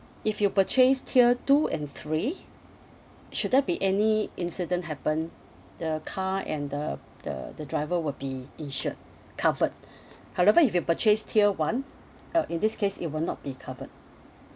if you purchase tier two and three should there be any incident happened the car and the the the driver will be insured covered however if you purchase tier one uh in this case it will not be covered